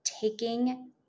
taking